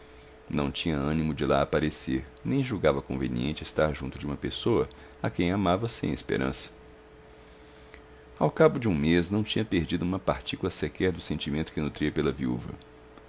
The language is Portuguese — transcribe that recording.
nem tinha ânimo de lá aparecer nem julgava conveniente estar junto de uma pessoa a quem amava sem esperança ao cabo de um mês não tinha perdido uma partícula sequer do sentimento que nutria pela viúva